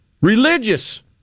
Religious